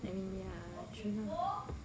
I mean ya true